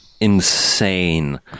insane